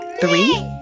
Three